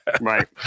Right